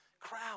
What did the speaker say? crowd